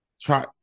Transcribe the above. try